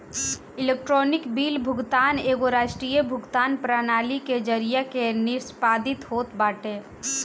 electronic bill भुगतान एगो राष्ट्रीय भुगतान प्रणाली के जरिया से निष्पादित होत बाटे